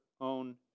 own